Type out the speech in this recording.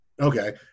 Okay